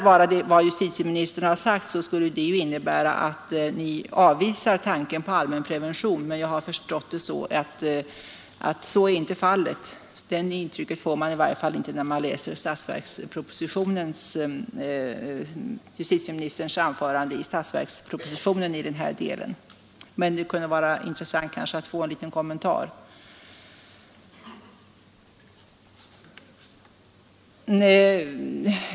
Men om justitieministern sagt detta, skulle det innebära, att han avvisar tanken på allmänprevention. Jag har emellertid förstått att så inte är fallet; det intrycket får man i varje fall inte när man läser justitieministerns anförande i statsverkspropositionen i den här delen. Men det kunde kanske vara intressant att få en liten kommentar.